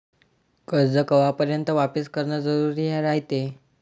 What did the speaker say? कर्ज कवापर्यंत वापिस करन जरुरी रायते?